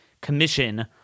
Commission